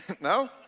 No